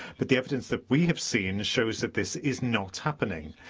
but the evidence that we have seen shows that this is not happening.